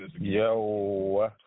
Yo